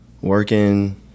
working